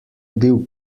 bil